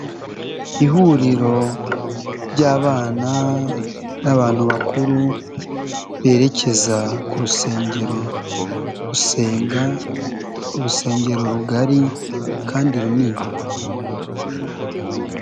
Ihuriro ry'abana n'abantu bakuru berekeza ku rusengero gusenga, urusengero rugari kandi runini.